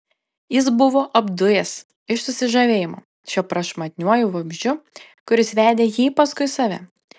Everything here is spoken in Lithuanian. jis buvo apdujęs iš susižavėjimo šiuo prašmatniuoju vabzdžiu kuris vedė jį paskui save